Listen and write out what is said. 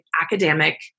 academic